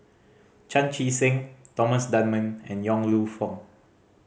Chan Chee Seng Thomas Dunman and Yong Lew Foong